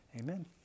Amen